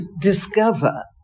discover